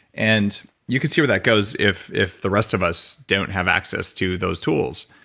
and you can see where that goes if if the rest of us don't have access to those tools.